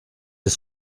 des